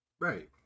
Right